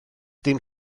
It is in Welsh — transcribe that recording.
dim